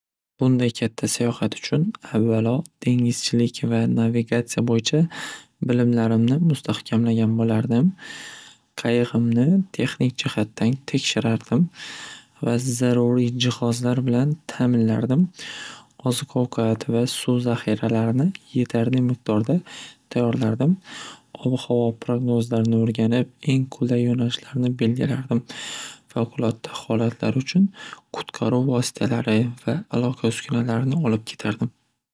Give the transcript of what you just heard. Bunday katta sayohat uchun dengizchilik va navigatsiya bo'yicha bilimlarimni mustahkamlagan bo'lardim qayig'imni texnik jihatdan tekshirardim va zaruriy jihozlar bilan ta'minlardim oziq ovqat va suv zahiralarini yetarli miqdorda tayyorlardim ob-havo prognozlarini o'rganib eng qulay yo'nalishlarni belgilardim favqulotda holatlar uchun qutqaruv vositalari va aloqa uskunalarini olib ketardim.